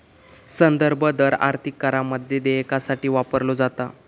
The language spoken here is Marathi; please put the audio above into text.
संदर्भ दर आर्थिक करारामध्ये देयकासाठी वापरलो जाता